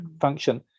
function